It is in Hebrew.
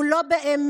הוא לא באמת